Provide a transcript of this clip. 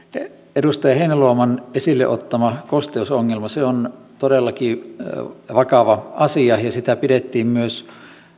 edustaja heinäluoman esille ottama kosteusongelma on todellakin vakava asia ja sitä pidettiin myös